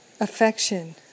Affection